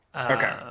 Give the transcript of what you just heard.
Okay